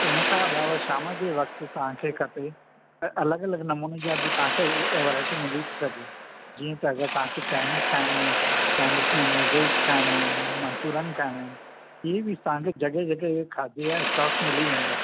हिन खां अलावा शाम जे वक़्तु तव्हांखे खपे अलॻि अलॻि नमूने जा बि तव्हांखे व वैराइटी मिली सघे जीअं त तव्हांखे चाइनीज़ खाइणी आहे चाइनीज़ में नूडल्स खाइणा आहिनि मन्चूरियन खाइणा आहिनि इहे बि तव्हांजे जॻहि जॻहि ते खाधे जा स्टॉल्स मिली वेंदा